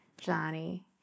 Johnny